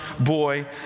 boy